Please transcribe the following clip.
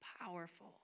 powerful